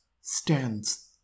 stands